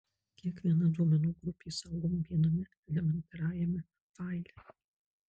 kiekviena duomenų grupė saugoma viename elementariajame faile